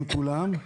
עם כולם,